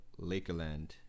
Lakerland